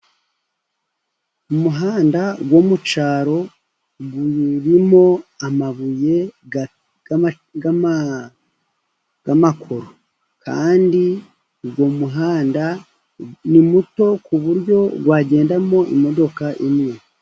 Umuhanda wo mu cyaro urimo amabuye y'amakoro, kandi uwo muhanda ni muto, ku buryo wagendamo imodoka imwe.